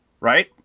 Right